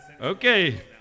Okay